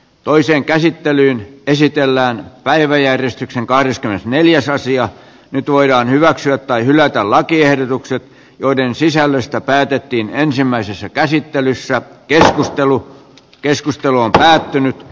toiseen käsittelyyn käsitellään päiväjärjestyksen kallistui neliosaisia nyt voidaan hyväksyä tai hylätä lakiehdotukset joiden sisällöstä päätettiin ensimmäisessä käsittelyssä keskustelu keskustelu on päättynyt